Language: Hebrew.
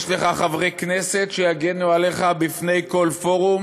יש לך חברי כנסת שיגנו עליך בפני כל פורום